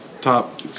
top